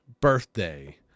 birthday